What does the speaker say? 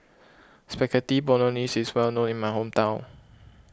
Spaghetti Bolognese is well known in my hometown